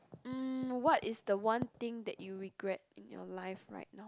mm what is the one thing that you regret in your life right now